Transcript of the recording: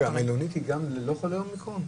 המלונית היא גם לא לחולה אומיקרון?